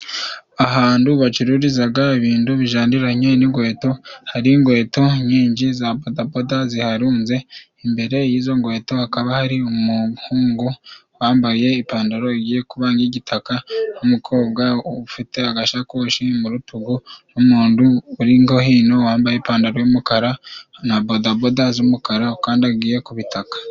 Ahandu bacururizaga ibindu bijaniranye n'ingweto. Hari ingweto nyinji za bodaboda ziharunze. Imbere y'izo ngweto hakaba hari umuhungu wambaye ipantaro igiye kuba nk'igitaka, n'umukobwa ufite agashakoshi mu rutugu, n'umundu uri ngo hino wambaye ipantaro y'umukara, na badaboda z'umukara ukandagiye ku bitaka.